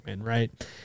right